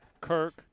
Kirk